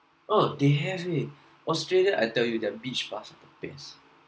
oh they have it australia I tell you their beach was the best